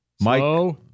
Mike